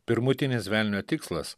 pirmutinis velnio tikslas